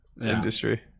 industry